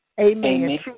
amen